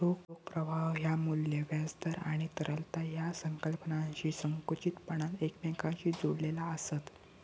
रोख प्रवाह ह्या मू्ल्य, व्याज दर आणि तरलता या संकल्पनांशी संकुचितपणान एकमेकांशी जोडलेला आसत